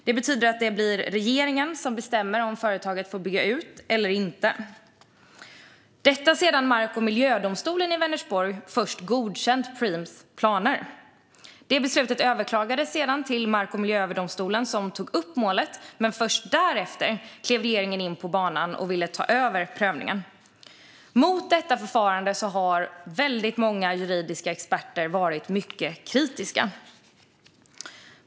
Det betyder att det blir regeringen som bestämmer om företaget får bygga ut eller inte - detta sedan Mark och miljödomstolen vid Vänersborgs tingsrätt först godkänt Preems planer. Det beslutet överklagades sedan till Mark och miljööverdomstolen, som tog upp målet. Men först därefter klev regeringen in på banan och ville ta över prövningen. Mot detta förfarande har många juridiska experter varit mycket kritiska.